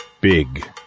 big